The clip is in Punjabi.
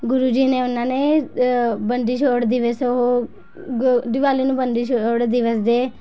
ਗੁਰੂ ਜੀ ਨੇ ਉਹਨਾਂ ਨੇ ਬੰਦੀਛੋੜ ਦਿਵਸ ਉਹ ਗ ਦਿਵਾਲੀ ਨੂੰ ਬੰਦੀਛੋੜ ਦਿਵਸ ਦੇ